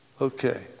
okay